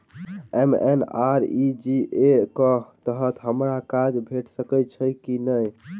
MNREGA कऽ तहत हमरा काज भेट सकय छई की नहि?